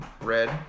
Red